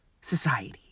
society